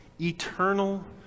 Eternal